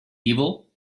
evil